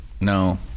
No